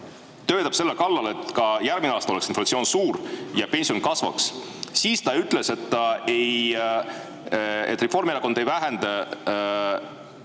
töötab selle kallal, et ka järgmine aasta oleks inflatsioon suur ja pensionid kasvaksid. Ta ütles ka, et Reformierakond ei vähenda